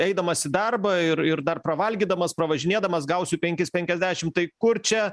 eidamas į darbą ir ir dar pravalgydamas pavažinėdamas gausiu penkis penkiasdešim tai kur čia